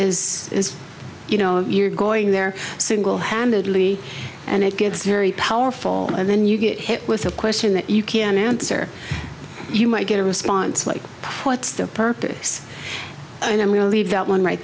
is is you know you're going there single handedly and it gets very powerful and then you get hit with a question that you can answer you might get a response like what's the purpose and we'll leave that one right